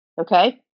okay